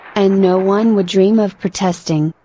and no one would dream of protesting.